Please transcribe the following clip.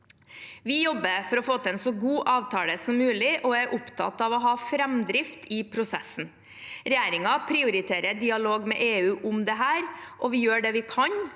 Vi jobber for å få til en så god avtale som mulig og er opptatt av å ha framdrift i prosessen. Regjeringen prioriterer dialog med EU om dette og gjør det vi kan